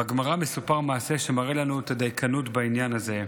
בגמרא מסופר מעשה שמראה לנו את הדייקנות בעניין הזה.